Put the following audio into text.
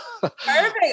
Perfect